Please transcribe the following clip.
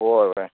हय हय